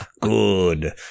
Good